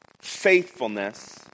faithfulness